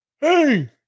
Hey